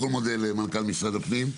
למנכ"ל משרד הפנים.